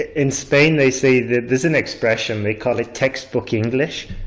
in spain they say that there's an expression they call it text book english